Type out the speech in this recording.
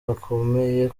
bakomeye